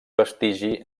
vestigi